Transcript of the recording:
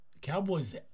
Cowboys